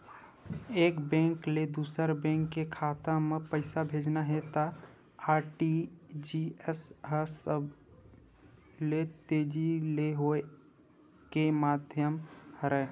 एक बेंक ले दूसर बेंक के खाता म पइसा भेजना हे त आर.टी.जी.एस ह सबले तेजी ले होए के माधियम हरय